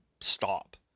stop